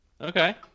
okay